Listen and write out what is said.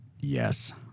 Yes